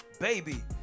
Baby